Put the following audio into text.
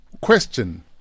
Question